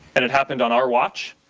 and it happened on our watch.